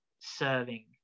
serving